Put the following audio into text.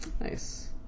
Nice